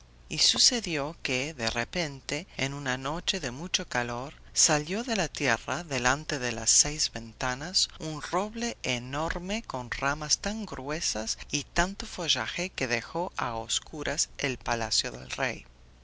y sucedió que de repente en una noche de mucho calor salió de la tierra delante de las seis ventanas un roble enorme con ramas tan gruesas y tanto follaje que dejó a oscuras el palacio del rey